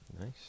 Nice